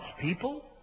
people